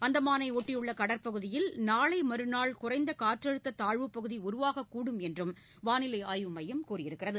அந்தமானை ஒட்டியுள்ள கடற்பகுதியில் நாளை மறுநாள் குறைந்த காற்றழுத்த தாழ்வுப்பகுதி உருவாகக்கூடும் என்றும் வானிலை மையம் கூறியுள்ளது